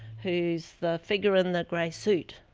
who's the figure in the gray suit.